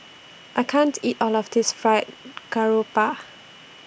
I can't eat All of This Fried Garoupa